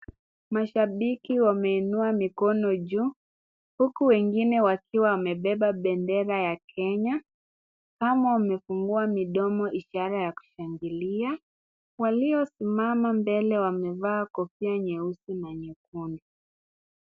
Mashabiki wameinua mikono juu, huku wengine wakiwa wamebeba bendera ya Kenya. Hawa wamefungua midomo ishara ya kushangilia. Waliosimama mbele wamevaa kofia nyeusi na nyekundu.